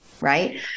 right